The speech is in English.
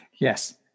Yes